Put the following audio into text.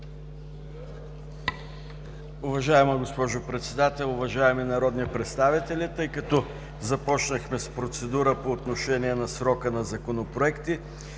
Уважаема госпожо Председател, уважаеми народни представители, тъй като започнахме с процедура по отношение на срока на законопроекти,